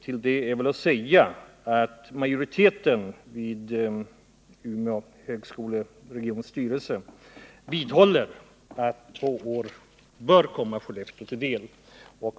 Därtill är att säga att regionstyrelsens majoritet vidhåller att två år bör komma Skellefteå till del.